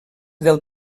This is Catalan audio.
del